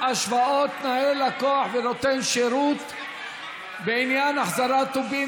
השוואת תנאי לקוח ונותן שירות בעניין החזרת טובין),